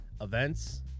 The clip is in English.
Events